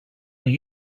are